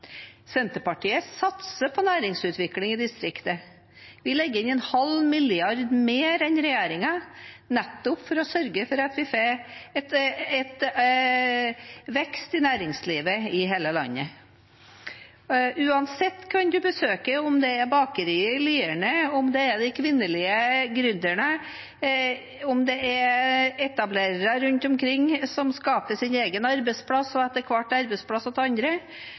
Senterpartiet satser på næringsutvikling i distriktet. Vi legger inn 0,5 mrd. kr mer enn regjeringen, nettopp for å sørge for at vi får vekst i næringslivet i hele landet. Uansett hvem man besøker, om det er bakeriet i Lierne, om det er kvinnelige gründere, om det er etablerere rundt omkring som skaper sin egen arbeidsplass og etter hvert arbeidsplass til andre,